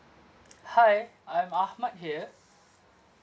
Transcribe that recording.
hi I'm ahmad here